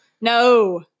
no